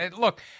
Look